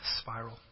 spiral